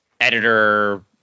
editor